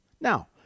now